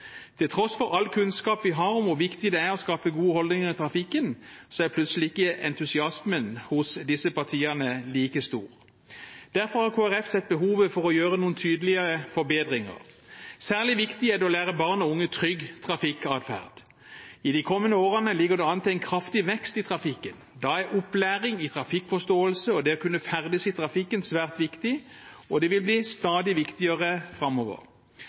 Til tross for all kunnskap vi har om hvor viktig det er å skape gode holdninger i trafikken, er plutselig ikke entusiasmen hos disse partiene like stor. Derfor har Kristelig Folkeparti sett behovet for å gjøre noen tydelige forbedringer. Særlig viktig er det å lære barn og unge trygg trafikkatferd. I de kommende årene ligger det an til en kraftig vekst i trafikken. Da er opplæring i trafikkforståelse og det å kunne ferdes i trafikken svært viktig, og det vil bli stadig viktigere framover.